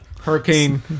hurricane